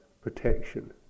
protection